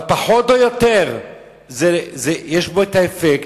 אבל פחות או יותר יש בה את האפקט,